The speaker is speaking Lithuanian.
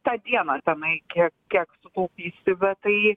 tą dieną tenai kiek kiek sutaupysi bet tai